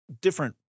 different